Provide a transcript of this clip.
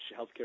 healthcare